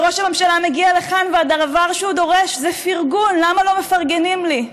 וראש הממשלה מגיע לכאן והדבר שהוא דורש זה פרגון: למה לא מפרגנים לי?